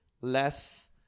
less